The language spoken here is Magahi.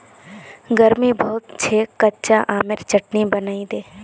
गर्मी बहुत छेक कच्चा आमेर चटनी बनइ दे